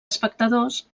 espectadors